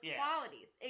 qualities